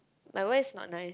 my voice not nice